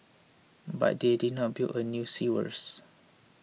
but they did not build a new sewers